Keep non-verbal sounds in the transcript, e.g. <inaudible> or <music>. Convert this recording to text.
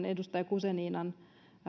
<unintelligible> edustaja guzeninan